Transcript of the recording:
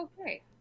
okay